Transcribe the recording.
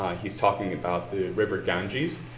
um he's talking about the river ganges